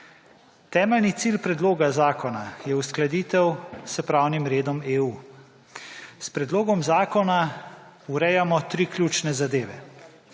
Temeljni cilj predloga zakona je uskladitev s pravnim redom EU. S predlogom zakona urejamo 3 ključne zadeve.